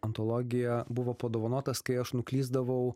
antologiją buvo padovanotas kai aš nuklysdavau